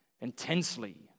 intensely